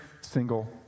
single